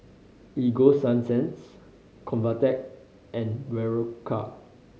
Ego Sunsense Convatec and Berocca